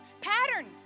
pattern